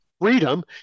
freedom